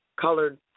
colored